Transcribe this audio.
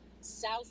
south